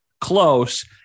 close